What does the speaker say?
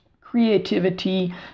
creativity